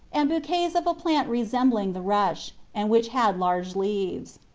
and bouquets of a plant resembling the rush, and which had large leaves.